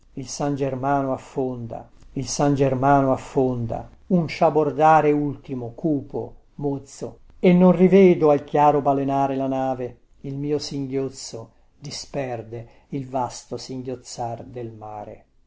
il san germano affonda il san germano affonda un sciabordare ultimo cupo mozzo e non rivedo al chiaro balenare la nave il mio singhiozzo disperde il vasto singhiozzar del mare